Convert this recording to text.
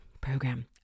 program